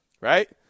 right